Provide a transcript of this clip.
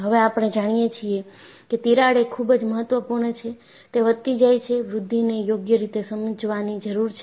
હવે આપણે જાણીએ છીએ કે તિરાડ એ ખૂબ જ મહત્વપૂર્ણ છે તે વધતી જાય છે વૃદ્ધિને યોગ્ય રીતે સમજવાની જરૂર છે